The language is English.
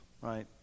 right